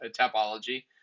topology